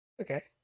Okay